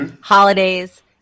holidays